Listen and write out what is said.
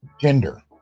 gender